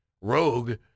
rogue